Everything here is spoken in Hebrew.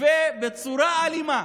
ובצורה אלימה